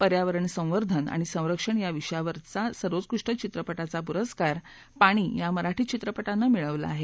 पर्यावरण संवर्धन आणि संरक्षण या विषयावरील सर्वोत्कृष्ट चित्रपटाचा पुरस्कार पाणी या मराठी चित्रपटानं मिळवला आहे